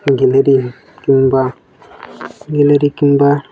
gallery କିମ୍ବା gallery କିମ୍ବା